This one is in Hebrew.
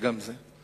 גם זה.